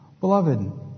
Beloved